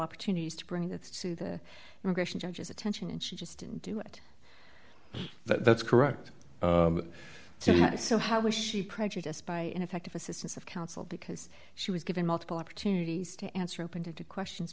opportunities to bring that to the immigration judge's attention and she just didn't do it that's correct so how was she prejudiced by ineffective assistance of counsel because she was given multiple opportunities to answer opened up to questions